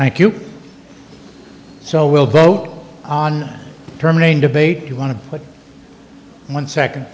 thank you so we'll vote on terminating debate you want to put one second